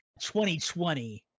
2020